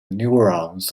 neurons